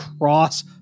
cross